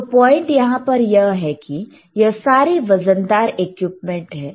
तो पॉइंट यहां पर यह है कि यह सारे वजनदार इक्विपमेंट है